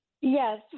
yes